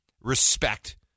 respect